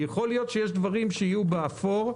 יכול להיות שיש דברים שיהיו באפור,